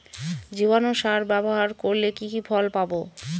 জীবাণু সার ব্যাবহার করলে কি কি ফল পাবো?